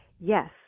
Yes